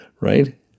right